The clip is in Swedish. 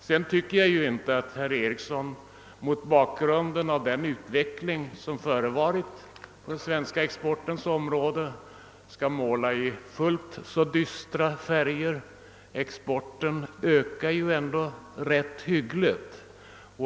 Sedan tycker jag att herr Ericsson mot bakgrund av den utveckling som förevarit på den svenska exportens område inte bör måla i fullt så dystra färger. Exporten ökar ju ändå rätt hyggligt.